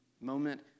moment